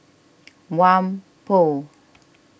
Whampoa